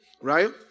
right